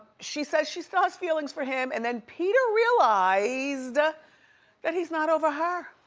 she said she still has feelings for him. and then peter realized ah that he's not over her.